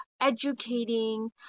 educating